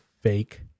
fake